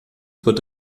wird